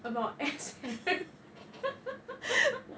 about ass hair